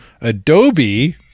Adobe